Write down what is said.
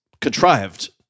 contrived